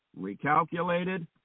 recalculated